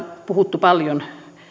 puhuttu paljon